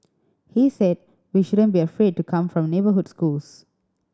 he said we shouldn't be afraid to come from neighbourhood schools